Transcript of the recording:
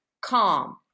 calm